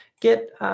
get